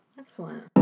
Excellent